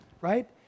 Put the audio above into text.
right